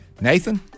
Nathan